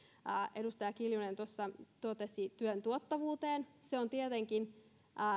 edustaja kiljunen tuossa totesi työn tuottavuuden nousevan se on tietenkin